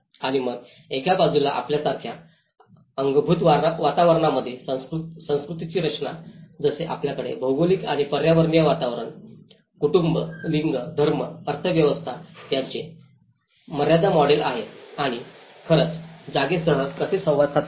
आणि मग एका बाजूला आपल्यासारख्या अंगभूत वातावरणामध्ये संस्कृतीची रचना जसे आपल्याकडे भौगोलिक आणि पर्यावरणीय वातावरण कुटुंब लिंग धर्म अर्थव्यवस्था यांचे मर्यादा मॉडेल आहे आणि हे खरंच जागेसह कसे संवाद साधते